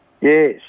Yes